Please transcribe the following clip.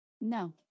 no